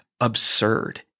absurd